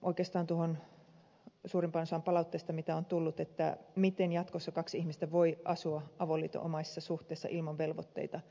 oikeastaan suurin osa palautteesta on tullut siitä miten jatkossa kaksi ihmistä voi asua avoliitonomaisessa suhteessa ilman velvoitteita